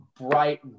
bright